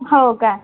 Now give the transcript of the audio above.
हो का